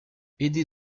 aidé